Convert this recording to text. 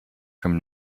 from